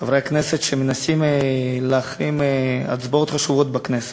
חברי הכנסת שמנסים להחרים הצבעות חשובות בכנסת,